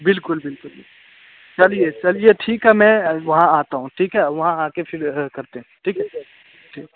बिल्कुल बिल्कुल चलिए चलिए ठीक है मैं वहाँ आता हूँ ठीक है वहाँ आ कर फिर करते हैं ठीक है ठीक है